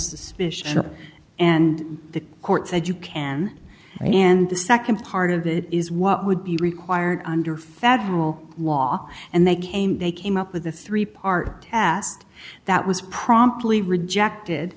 suspicion and the court said you can and the nd part of it is what would be required under federal law and they came they came up with a three part asked that was promptly rejected